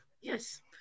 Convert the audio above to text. Yes